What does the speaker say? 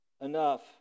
enough